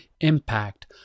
impact